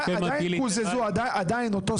נכון.